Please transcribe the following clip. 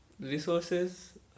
Resources